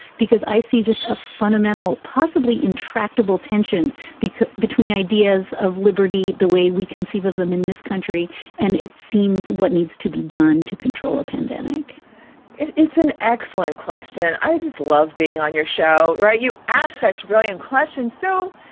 because i see just a fundamental, possibly intractable tension between ideas of liberty. the way we conceive of them in this country and it seems what needs to be done to control a pandemic it's an excellent question. i just love being on your show. right. you ask six billion questions. so.